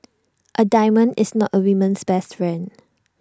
A diamond is not A woman's best friend